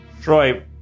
Troy